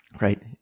right